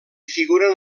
figuren